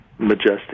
majestic